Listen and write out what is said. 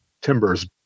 timbers